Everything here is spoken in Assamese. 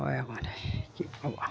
হয়